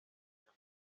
que